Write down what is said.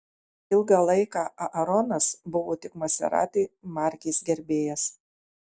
ilgą laiką aaronas buvo tik maserati markės gerbėjas